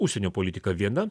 užsienio politika viena